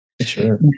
Sure